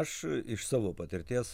aš iš savo patirties